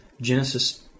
Genesis